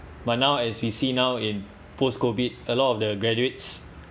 but now as we see now in post COVID a lot of the graduates